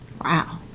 wow